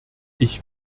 ich